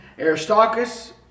Aristarchus